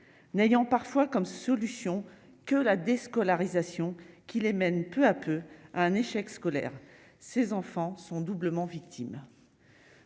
n'ayant parfois comme solution que la déscolarisation qui les mène peu à peu à un échec scolaire, ces enfants sont doublement victimes,